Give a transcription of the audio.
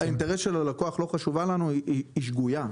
האינטרס של הלקוח לא חשובה לנו היא שגויה.